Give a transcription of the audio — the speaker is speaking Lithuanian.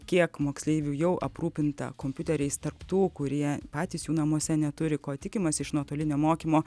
kiek moksleivių jau aprūpinta kompiuteriais tarp tų kurie patys jų namuose neturi ko tikimasi iš nuotolinio mokymo